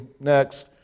next